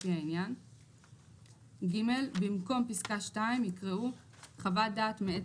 לפי העניין,"; במקום פסקה (2) יקראו: "חוות דעת מאת